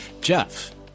Jeff